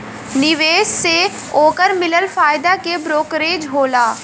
निवेश से ओकर मिलल फायदा के ब्रोकरेज होला